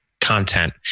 content